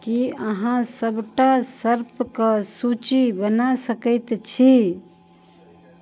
की अहाँ सभटा सर्फ के सूची बना सकैत छी